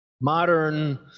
modern